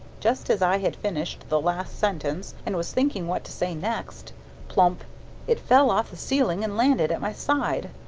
just as i had finished the last sentence and was thinking what to say next plump it fell off the ceiling and landed at my side.